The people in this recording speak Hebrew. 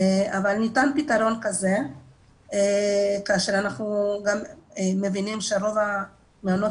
אבל ניתן פתרון כזה כאשר אנחנו גם מבינים שרוב המעונות